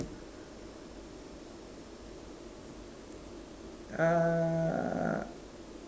uh